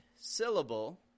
syllable